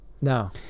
no